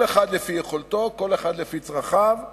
כל אחד לפי יכולתו, כל אחד לפי צרכיו,